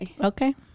Okay